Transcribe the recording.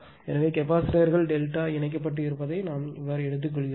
எனவே கெப்பாசிட்டர் கள் டெல்டா இணைக்கப்பட்டு இருப்பதை நாம் எடுத்துக் கொள்கிறோம்